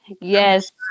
Yes